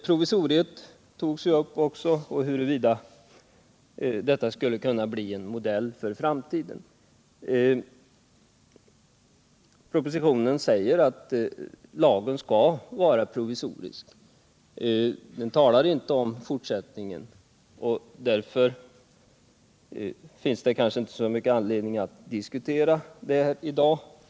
Provisoriet och huruvida detta skulle kunna bli en modell för framtiden är en fråga som också tagits upp. Propositionen säger att lagen skall vara provisorisk men talar inte om fortsättningen, och därför finns det kanske inte så stor anledning att diskutera det i dag.